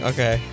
Okay